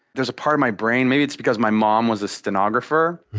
there's a part of my brain maybe it's because my mom was a stenographer